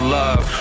love